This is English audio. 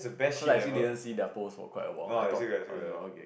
cause I actually didn't see their post for quite a while I thought I was okay